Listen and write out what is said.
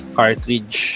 cartridge